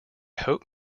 hope